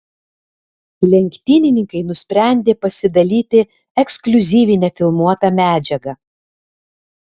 lenktynininkai nusprendė pasidalyti ekskliuzyvine filmuota medžiaga